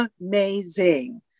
amazing